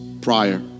prior